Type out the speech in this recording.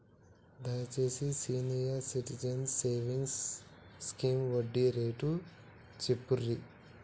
దయచేసి senior citizens savings scheme వడ్డీ rate చెప్పుర్రి